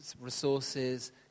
Resources